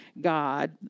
God